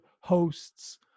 hosts